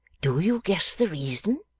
do you guess the reason